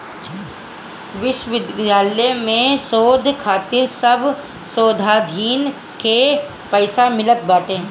विश्वविद्यालय में शोध खातिर सब शोधार्थीन के पईसा मिलत बाटे